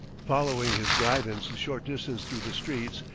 following his guidance a short distance through the streets,